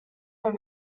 were